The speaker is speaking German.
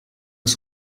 ist